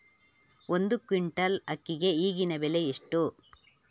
ಒಂದು ಕ್ವಿಂಟಾಲ್ ಅಕ್ಕಿಗೆ ಈಗಿನ ಬೆಲೆ ಎಷ್ಟು?